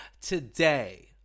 today